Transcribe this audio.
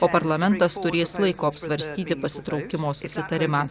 o parlamentas turės laiko apsvarstyti pasitraukimo susitarimą